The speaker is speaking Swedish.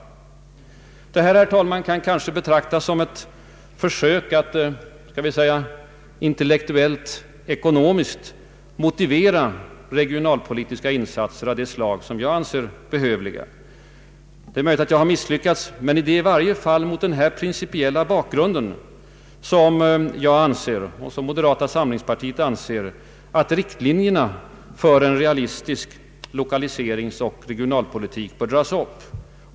Detta, herr talman, kan kanske betraktas som ett försök att, skall vi säga, intellektuellt ekonomiskt motivera regionalpolitiska insatser av det slag som jag anser behövliga. Det är möjligt att jag har misslyckats, men det är i varje fall mot denna principiella bakgrund som moderata samlingspartiet anser att riktlinjerna för en realistisk lokaliseringsoch regionalpolitik bör dras upp.